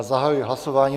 Zahajuji hlasování.